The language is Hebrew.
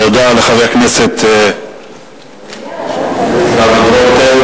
תודה לחבר הכנסת דוד רותם.